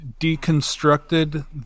deconstructed